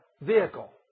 vehicle